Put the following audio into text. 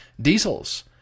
diesels